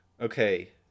Okay